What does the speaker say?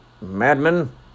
Madman